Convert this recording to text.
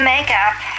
makeup